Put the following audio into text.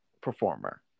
performer